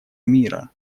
мира